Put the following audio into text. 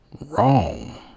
wrong